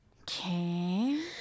Okay